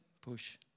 push